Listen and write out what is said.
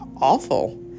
awful